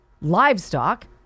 Livestock